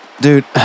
Dude